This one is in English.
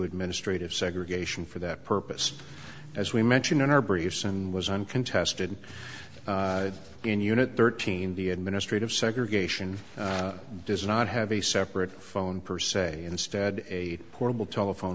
administrative segregation for that purpose as we mentioned in our briefs and was uncontested in unit thirteen the administrative segregation does not have a separate phone per se instead a portable telephone